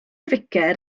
ficer